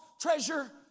treasure